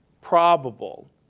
probable